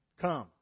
Come